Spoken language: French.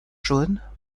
jaunes